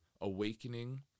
awakening